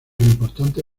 importante